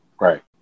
Right